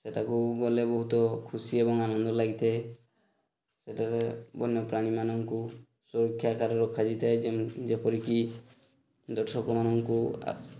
ସେଇଟାକୁ ଗଲେ ବହୁତ ଖୁସି ଏବଂ ଆନନ୍ଦ ଲାଗିଥାଏ ସେଠାରେ ବନ୍ୟପ୍ରାଣୀମାନଙ୍କୁ ସୁରକ୍ଷା ଆକାରରେ ରଖାଯାଇଥାଏ ଯେପରିକି ଦର୍ଶକମାନଙ୍କୁ